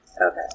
Okay